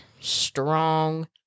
strong